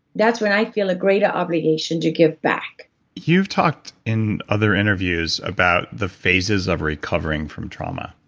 that's when i feel a greater obligation to give back you've talked in other interviews about the phases of recovering from trauma.